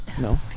No